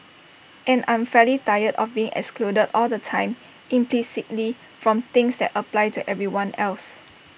and I'm fairly tired of being excluded all the time implicitly from things that apply to everyone else